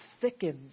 thickens